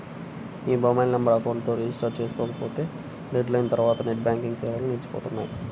మీ mobile నెంబర్ను account తో register చేసుకోకపోతే డెడ్ లైన్ తర్వాత నెట్ బ్యాంకింగ్ సేవలు నిలిచిపోనున్నాయి